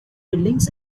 buildings